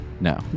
No